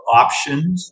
options